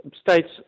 states